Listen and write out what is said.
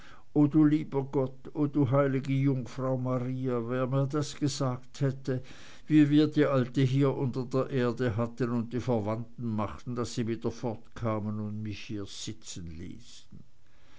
o du lieber gott o du heil'ge jungfrau maria wer mir das gesagt hätte wie wir die alte hier unter der erde hatten und die verwandten machten daß sie wieder fortkamen und mich hier sitzenließen